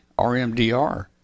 RMDR